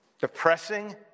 depressing